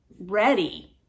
ready